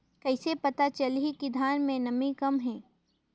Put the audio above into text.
कइसे पता चलही कि धान मे नमी कम हे?